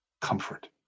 comfort